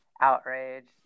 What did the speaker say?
outraged